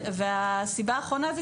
הסיבה האחרונה היא